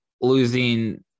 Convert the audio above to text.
losing